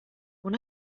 when